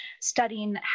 studying